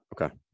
Okay